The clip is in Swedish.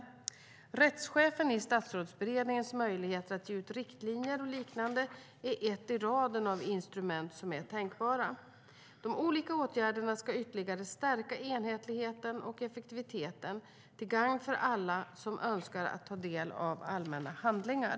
Möjligheterna för rättschefen i Statsrådsberedningen att ge ut riktlinjer och liknande är ett i raden av instrument som är tänkbara. De olika åtgärderna ska ytterligare stärka enhetligheten och effektiviteten till gagn för alla som önskar att ta del av allmänna handlingar.